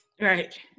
right